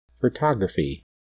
Photography